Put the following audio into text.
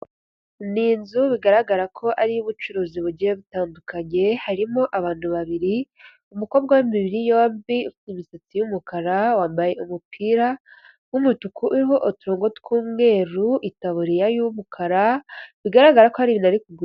Ni inzu bigaragara ko ari iy'ubucuruzi bugiye butandukanye, harimo abantu babiri, umukobwa w'imibiri yombi, ufite imisatsi y'umukara, wambaye umupira w'umutuku urimo uturongo tw'umweru, itaburiya y'umukara, bigaragara ko hari ibintu ari kugurisha.